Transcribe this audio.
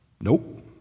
Nope